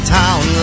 town